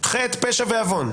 חטא, פשע ועוון?